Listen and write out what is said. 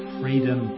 freedom